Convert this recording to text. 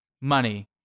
money